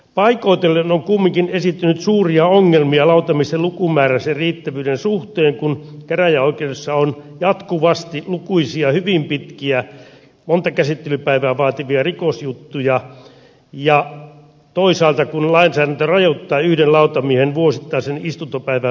paikoitellen on kumminkin esiintynyt suuria ongelmia lautamiesten lukumäärän ja sen riittävyyden suhteen kun käräjäoikeudessa on jatkuvasti lukuisia hyvin pitkiä monta käsittelypäivää vaativia rikosjuttuja ja toisaalta kun lainsäädäntö rajoittaa yhden lautamiehen vuosittaista istuntopäivien lukumäärää